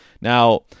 Now